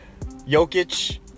Jokic